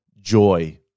joy